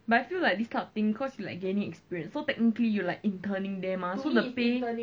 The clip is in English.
but I feel like this kind of thing cause you like gaining experience so technically you like interning there mah so the pay